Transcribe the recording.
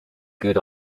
good